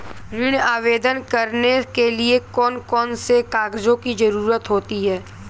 ऋण आवेदन करने के लिए कौन कौन से कागजों की जरूरत होती है?